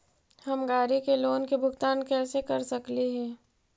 हम गाड़ी के लोन के भुगतान कैसे कर सकली हे?